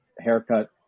haircut